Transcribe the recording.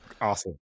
Awesome